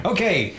Okay